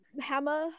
Hammer